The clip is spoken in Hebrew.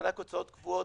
מענק הוצאות קבועות,